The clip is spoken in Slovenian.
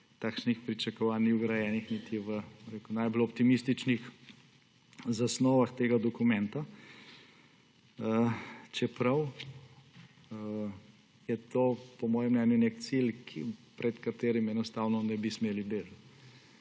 Lizbonsko pogodbo, ni vgrajenih niti v najbolj optimističnih zasnovah tega dokumenta. Čeprav je to po mojem mnenju nek cilj, pred katerim enostavno ne bi smeli bežati.